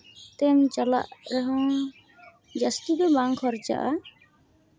ᱡᱟᱦᱟᱸ ᱛᱮᱢ ᱪᱟᱞᱟᱜ ᱨᱮᱦᱚᱸ ᱡᱟᱹᱥᱛᱤ ᱫᱚ ᱵᱟᱝ ᱠᱷᱚᱨᱪᱟᱜᱼᱟ